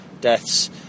deaths